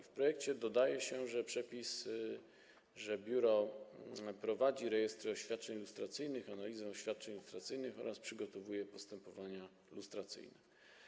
W projekcie dodaje się przepis mówiący o tym, że biuro prowadzi rejestry oświadczeń lustracyjnych i analizę oświadczeń lustracyjnych oraz przygotowuje postępowania lustracyjne.